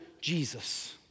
Jesus